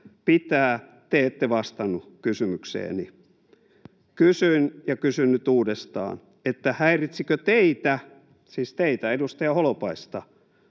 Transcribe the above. pitää, te ette vastannut kysymykseeni. Kysyin ja kysyn nyt uudestaan, häiritsikö teitä, siis teitä, edustaja Holopaista,